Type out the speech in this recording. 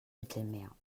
mittelmeer